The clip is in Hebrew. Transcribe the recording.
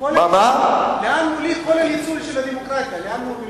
של הדמוקרטיה?